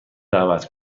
دعوت